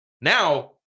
now